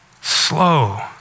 slow